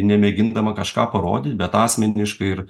nemėgindama kažką parodyt bet asmeniškai ir